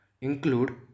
include